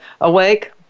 awake